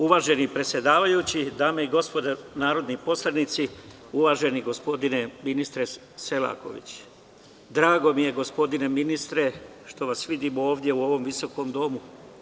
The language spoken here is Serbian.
Uvaženi predsedavajući, dame i gospodo narodni poslanici, uvaženi gospodine ministre Selakoviću, drago mi je, gospodine ministre, što vas vidim ovde u ovom visokom domu.